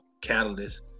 catalyst